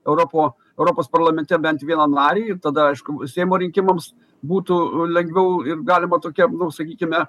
europo europos parlamente bent vieną narį ir tada aišku seimo rinkimams būtų lengviau ir galima tokia nu sakykime